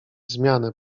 zmianę